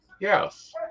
Yes